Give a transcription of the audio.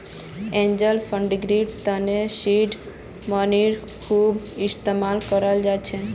angel फंडिंगर तने seed मनीर खूब इस्तमाल कराल जा छेक